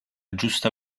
giusta